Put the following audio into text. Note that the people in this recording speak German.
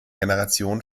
generation